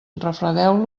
refredeu